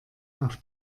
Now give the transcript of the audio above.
auf